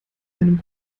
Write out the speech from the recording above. einem